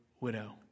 widow